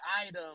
item